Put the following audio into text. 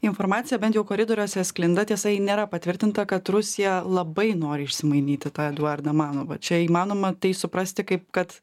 informacija bent jau koridoriuose sklinda tiesa ji nėra patvirtinta kad rusija labai nori išsimainyti tą eduardą manovą čia įmanoma tai suprasti kaip kad